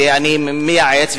ואני מייעץ,